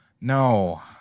no